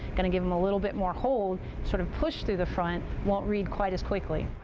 going to give them a little bit more hold, sort of push through the front, won't read quite as quickly.